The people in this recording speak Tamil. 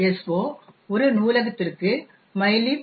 so ஒரு நூலகத்திற்கு mylib